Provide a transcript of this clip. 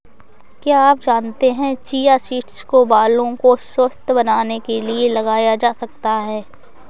क्या आप जानते है चिया सीड्स को बालों को स्वस्थ्य बनाने के लिए लगाया जा सकता है?